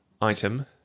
item